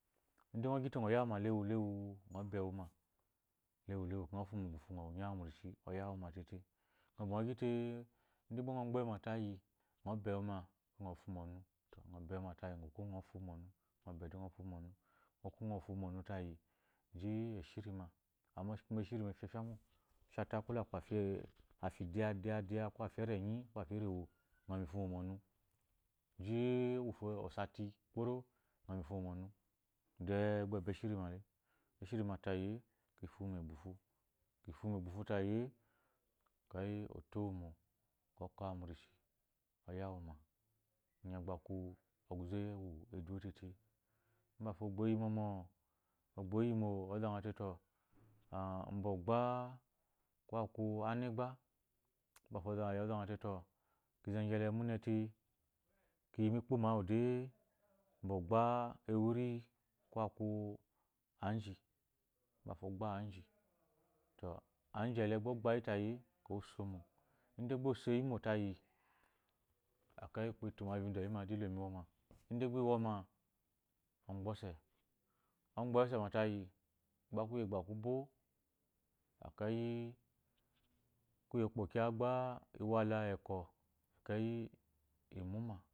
Ide ngɔ gyita ngɔ ya wu ma lewu lewu ngɔ be wuma lewu lewu ekeyi ngɔ fuwuhu mu egbuhu onya mu rishi oyawuma tete ngn ba ngɔ gyiteko gbe wuma tayi ko be wuma ekeyi ngn fuwu mu onu ngɔ be wu tati ekeyi ngɔ fuwu onu ngɔ bede ngɔ fuwu mu onu ngɔ kuwu ngɔ fuwu mu onu ngo kuwu ngo fuwu nɔ ɔnu tayi ji-i ishiri ma mato ishiri ma efafa mo oshata ko aku afi daya. daya ishe bula afi erinyi ngɔ yi mu ifumo mu ɔnu ji i wufo osati gboro ngɔ yi mu efuno mɔnu de gba ebe shirimale eshirima tayi de ofu u mu gbuhu efu-u mu egbuhu tayi de otowumo ekeyi okawu mu rishi ogamu ma inyi anga gha aku ɔguze uwu eduwo tete mbato ogbo oyi mɔmɔ ogbo yi mo ozate to a mba ogba ko aki anegba mbafo ozate to ize gyele mune yi ki mu ekpomo awu de ogbe ewiri ko aku onji mbafo ogba anji to anji gba ogbayi tayi de oso mo ide gba osoyi mo tayi ekeyi ukpo etumo avidoyi ma de ikomu iwoma ide gba iwoma eke ogbese ogbeyi ose ma tayi gba kuye kugha kubo akeyi kuye ku kpokya gba wala ekwɔ